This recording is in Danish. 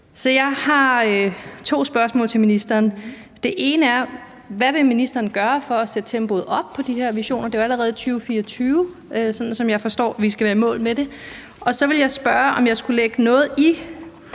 jeg har to spørgsmål til ministeren. Det ene er: Hvad vil ministeren gøre for at sætte tempoet op på de her visioner? Det er jo allerede i 2024, sådan som jeg forstår det, at vi skal være i mål med det. Og det andet, jeg så ville spørge om, er, om jeg skulle lægge noget i,